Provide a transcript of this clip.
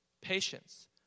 patience